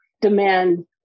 demand